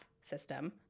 system